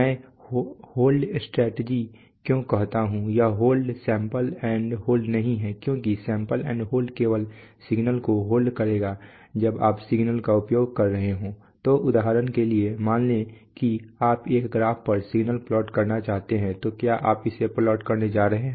मैं hold strategy क्यों कहता हूं यह सैंपल एंड होल्ड नहीं है क्योंकि सैंपल एंड होल्ड केवल सिग्नल को होल्ड करेगा जब आप सिग्नल का उपयोग कर रहे हों तो उदाहरण के लिए मान लें कि आप एक ग्राफ़ पर सिग्नल प्लॉट करना चाहते हैं तो क्या आप इसे प्लॉट करने जा रहे हैं